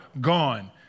gone